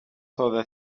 other